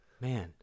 Man